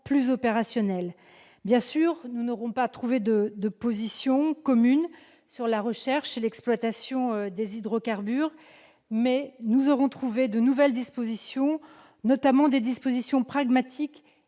plus opérationnel. Bien sûr, nous n'avons pas trouvé de position commune sur la recherche et l'exploitation des hydrocarbures, mais nous avons introduit de nouvelles dispositions, souvent pragmatiques